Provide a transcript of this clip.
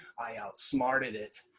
i outsmarted it.